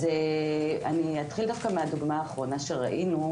אני אתחיל דווקא מהדוגמה האחרונה שראינו,